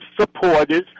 supporters